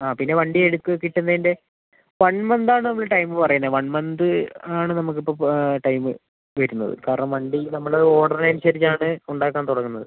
ആ പിന്നെ വണ്ടി എടുക്ക് കിട്ടുന്നതിന്റെ വൺ മന്ത് ആണ് നമ്മൾ ടൈം പറയുന്നത് വൺ മന്ത് ആണ് നമുക്ക് ഇപ്പോൾ ടൈം വരുന്നത് കാരണം വണ്ടി നമ്മൾ ഓർഡർ അനുസരിച്ച് ആണ് ഉണ്ടാക്കാൻ തുടങ്ങുന്നത്